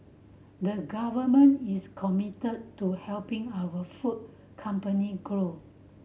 the government is committed to helping our food company grow